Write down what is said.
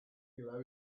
below